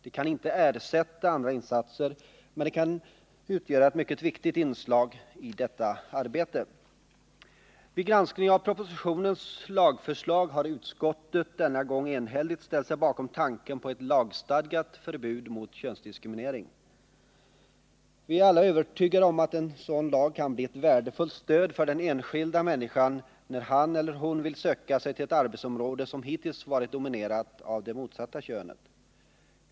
Det kan inte ersätta andra insatser, men det kan utgöra ett mycket viktigt inslag i detta Vid granskning av propositionens lagförslag har utskottet denna gång enhälligt ställt sig bakom tanken på ett lagstadgat förbud mot könsdiskriminering. Vi är alla övertygade om att en sådan lag kan bli ett värdefullt stöd för den enskilda människan när han eller hon vill söka sig till ett arbetsområde som hittills varit dominerat av det motsatta könet.